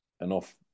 enough